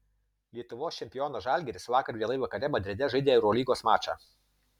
lietuvos čempionas žalgiris vakar vėlai vakare madride žaidė eurolygos mačą